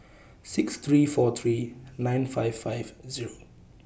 six three four three nine five five Zero